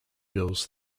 bills